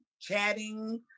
chatting